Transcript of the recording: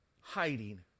hiding